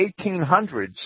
1800s